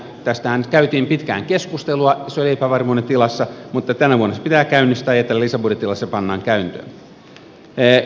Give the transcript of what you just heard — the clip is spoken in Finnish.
tästähän nyt käytiin pitkään keskustelua ja se oli epävarmuuden tilassa mutta tänä vuonna se pitää käynnistää ja tällä lisäbudjetilla se pannaan käyntiin